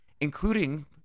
including